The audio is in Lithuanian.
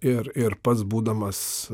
ir ir pats būdamas